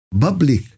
public